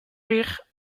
rire